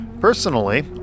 personally